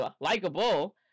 Likeable